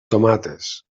tomates